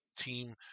team